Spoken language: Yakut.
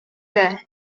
эрэ